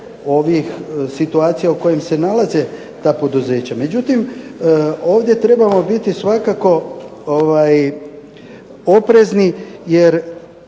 ovih situacija u kojima se nalaze ta poduzeća. Međutim ovdje trebamo biti svakako oprezni jer